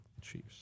Chiefs